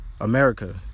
America